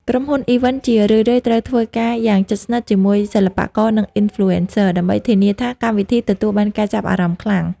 ក្រុមហ៊ុន Event ជារឿយៗត្រូវធ្វើការងារយ៉ាងជិតស្និទ្ធជាមួយសិល្បករ និង Influencers ដើម្បីធានាថាកម្មវិធីទទួលបានការចាប់អារម្មណ៍ខ្លាំង។